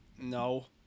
No